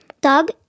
dog